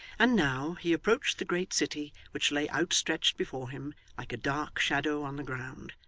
and, now, he approached the great city, which lay outstretched before him like a dark shadow on the ground,